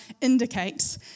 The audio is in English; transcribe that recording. indicates